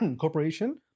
corporation